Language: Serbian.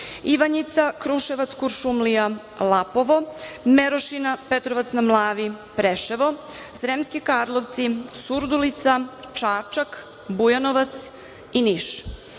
Ivanjica, Kruševac, Kuršumlija, Lapovo, Merošina, Petrovac na Mlavi, Preševo, Sremski Karlovci, Surdulicda, Čačak, Bujanovac i Niš.